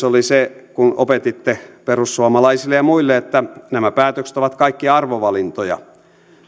oli se kun opetitte perussuomalaisille ja muille että nämä päätökset ovat kaikki arvovalintoja